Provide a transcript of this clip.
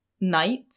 night